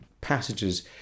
passages